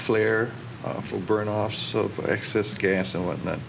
flare for burn off so excess gas and whatnot